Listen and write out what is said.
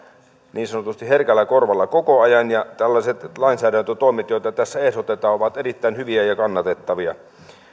niin sanotusti herkällä korvalla koko ajan ja tällaiset lainsäädäntötoimet joita tässä ehdotetaan ovat erittäin hyviä ja kannatettavia